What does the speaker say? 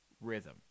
rhythm